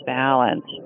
balance